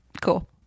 Cool